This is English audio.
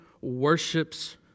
worships